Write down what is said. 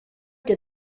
did